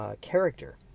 character